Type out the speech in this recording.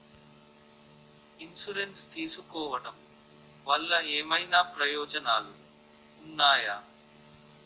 Insurance తీసుకోవటం వల్ల ఏమైనా ప్రయోజనాలు ఉన్నాయా?